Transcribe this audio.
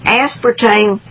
aspartame